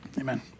Amen